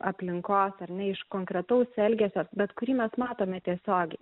aplinkos ar ne iš konkretaus elgesio bet kurį mes matome tiesiogiai